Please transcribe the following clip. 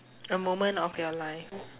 a moment of your life